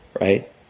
right